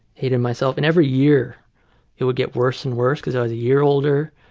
hating myself and every year it would get worse and worse, because i was a year older.